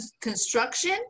construction